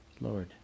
Lord